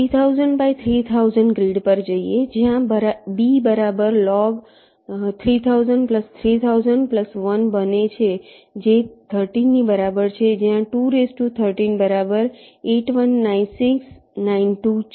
3000 by 3000 grid પર જઇયે જ્યાં B બરાબર લોગ 300030001 બને છે જે 13 ની બરાબર છે જ્યાં 213 બરાબર 8196 92 છે